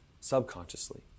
subconsciously